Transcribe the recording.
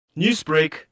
Newsbreak